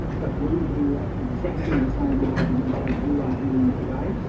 but we hear exactly the same arguments as you are hearing today.